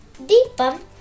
Deepam